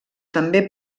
també